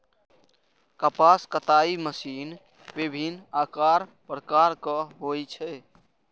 कपास कताइ मशीन विभिन्न आकार प्रकारक होइ छै